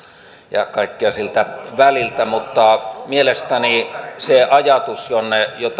ja on kaikkea siltä väliltä mutta mielestäni se ajatus jonka